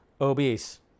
Obese